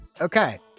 Okay